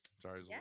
Sorry